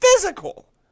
physical